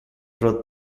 pro